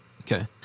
Okay